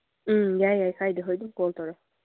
ꯎꯝ ꯌꯥꯏ ꯌꯥꯏ ꯀꯥꯏꯗꯦ ꯍꯣꯏ ꯑꯗꯨꯝ ꯀꯣꯜ ꯇꯧꯔꯛꯑꯣ